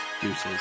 Deuces